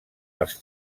els